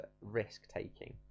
risk-taking